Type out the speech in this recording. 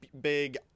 big